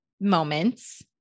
moments